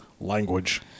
language